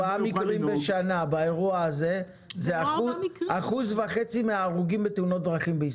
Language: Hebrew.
קודם כל ארבעה מקרים בשנה באירוע הזה זה 1.5% מההרוגים בתאונות דרכים.